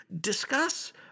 discuss